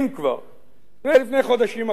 לפני חודשים אחדים, הנה,